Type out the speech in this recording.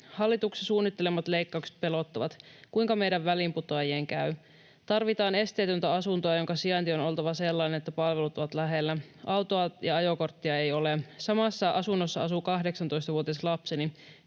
Hallituksen suunnittelemat leikkaukset pelottavat. Kuinka meidän väliinputoajien käy? Tarvitaan esteetöntä asuntoa, jonka sijainnin on oltava sellainen, että palvelut ovat lähellä. Autoa ja ajokorttia ei ole. Samassa asunnossa asuu 18-vuotias lapseni.